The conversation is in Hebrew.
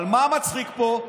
אבל מה מצחיק פה?